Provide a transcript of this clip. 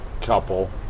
couple